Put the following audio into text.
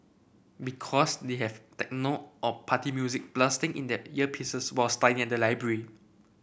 because they have techno or party music blasting in their earpieces while studying at the library